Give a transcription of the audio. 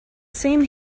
same